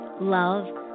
love